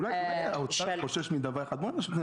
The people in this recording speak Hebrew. אולי האוצר חושש מדבר אחד, בואו נשמע.